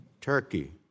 Turkey